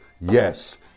yes